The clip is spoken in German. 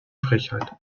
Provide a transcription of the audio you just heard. frechheit